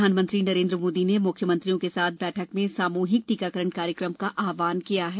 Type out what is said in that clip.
प्रधानमंत्री नरेंद्र मोदी ने म्ख्यमंत्रियों के साथ बैठक में सामूहिक टीकाकरण कार्यक्रम का आहवान किया था